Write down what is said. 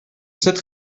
cette